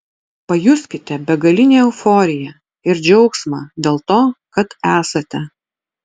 pajuskite begalinę euforiją ir džiaugsmą dėl to kad esate